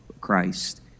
Christ